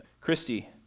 Christy